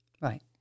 Right